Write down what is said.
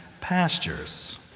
pastures